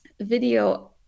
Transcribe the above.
video